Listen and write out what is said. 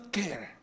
care